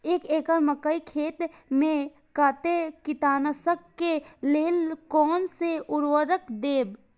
एक एकड़ मकई खेत में कते कीटनाशक के लेल कोन से उर्वरक देव?